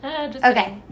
Okay